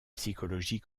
psychologie